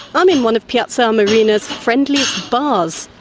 i'm in one of piazza armerina's friendliest bars.